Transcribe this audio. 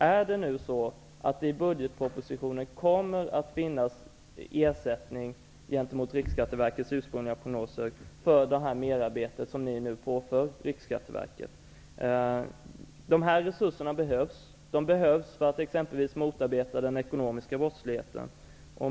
Kommer det i budgetpropositionen att finnas avsatt ersättning för det merarbete som ni nu påför Riksskatteverket? Dessa resurser behövs för att exempelvis motarbeta ekonomisk brottslighet.